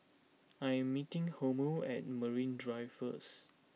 I am meeting Helmer at Marine Drive first